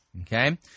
Okay